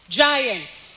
giants